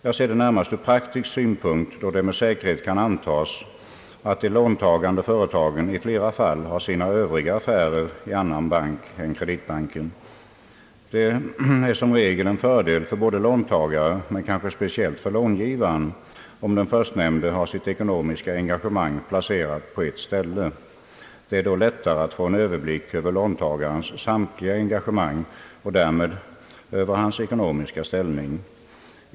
Jag ser det hela närmast ur praktisk synpunkt, då det med säkerhet kan antagas att de låntagande företagen i flera fall har sina övriga affärer i annan bank än Kreditbanken. Det är som regel en fördel för låntagaren men speciellt för långivaren om den förstnämnda har sitt ekonomiska engagemang på ett ställe. Det är då lättare att få en överblick över låntagarens samtliga engagemang och därmed över hans ekonomiska ställning.